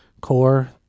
core